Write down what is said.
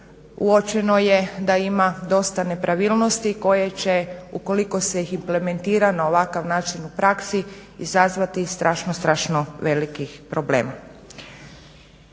uočeno je da ima dosta nepravilnosti koje će ukoliko ih se implementira na ovakav način u praksi izazvati strašno, strašno velikih problema.